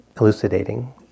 elucidating